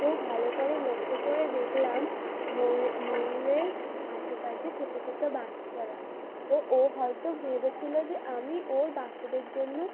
তো ভালো করে লক্ষ্য করে দেখলাম মর ময়ূরের আশেপাশে ছোটো ছোটো বাচ্চারা তো ও হয়তো ভেবেছিলো যে আমি ওর বাচ্চাদের জন্য